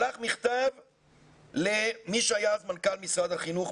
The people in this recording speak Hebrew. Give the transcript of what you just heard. שלח מכתב למי שהיה אז מנכ"ל משרד החינוך,